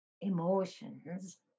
emotions